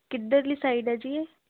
ਕਿੱਧਰਲੀ side ਹੈ ਜੀ ਇਹ